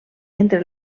entre